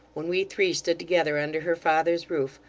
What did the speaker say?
when we three stood together under her father's roof,